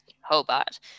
Hobart